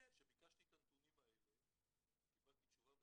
-- כשביקשתי את הנתונים האלה קיבלתי תשובה,